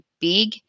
big